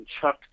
chuck